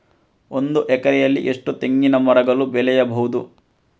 ಒಂದು ಎಕರೆಯಲ್ಲಿ ಎಷ್ಟು ತೆಂಗಿನಮರಗಳು ಬೆಳೆಯಬಹುದು?